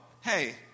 Hey